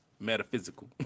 metaphysical